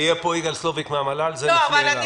יהיה פה יגאל סלוביק מן המל"ל, זה מופנה אליו.